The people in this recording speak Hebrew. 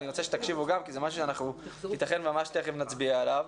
אני רוצה שתקשיבו כי ייתכן שזה משהו שתיכף נצביע עליו,